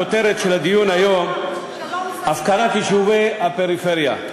הכותרת של הדיון היום: הפקרת יישובי הפריפריה.